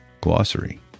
glossary